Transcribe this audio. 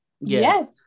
yes